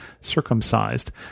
circumcised